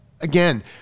again